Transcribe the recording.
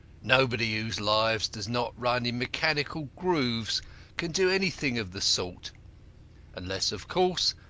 nobody whose life does not run in mechanical grooves can do anything of the sort unless, of course,